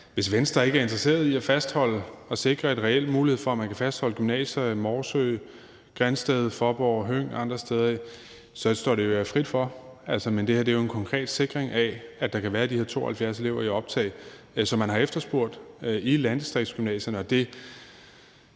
hvis Venstre ikke er interesseret i at fastholde og sikre en reel mulighed for, at man kan fastholde gymnasier – i Morsø, Grindsted, Faaborg, Høng, andre steder – så står det jer frit for. Men det her er jo en konkret sikring af, at der kan være de her 72 elever i optag, som man har efterspurgt, i landdistriktsgymnasierne.